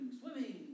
swimming